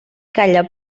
calla